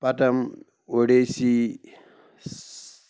پَڈَم Odissi